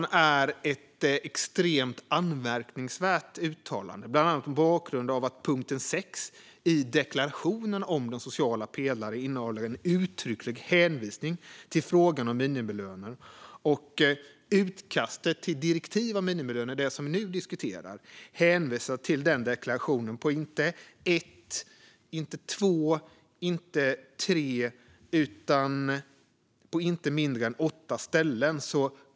Detta är ett extremt anmärkningsvärt uttalande bland annat mot bakgrund av att punkten 6 i deklarationen om den sociala pelaren innehåller en uttrycklig hänvisning till frågan om minimilöner. Utkastet till direktiv om minimilöner - det som vi nu diskuterar - hänvisar till den deklarationen på inte ett, inte två, inte tre, utan på inte mindre än åtta ställen.